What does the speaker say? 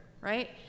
Right